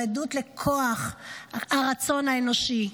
הוא עדות לכוח הרצון האנושי,